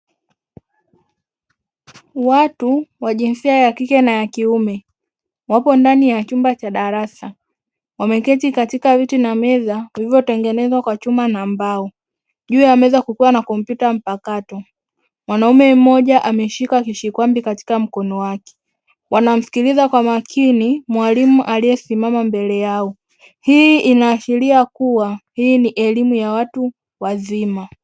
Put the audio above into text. Watu wa jinsia ya kike na ya kiume wapo ndani ya chumba cha darasa wameketi katika viti na meza vilivyo tengenezwa kwa chuma na mbao, juu ya meza kukiwa na kompyuta mpakato, mwanaume mmoja ameshika kishikwambi katika mkono wake wanamsikiliza kwa makini mwalimu aliye simama mbele yao, hii inaashiria kuwa hii ni elimu ya watu wazima.